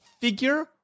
figure